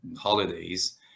holidays